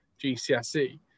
gcse